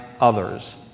others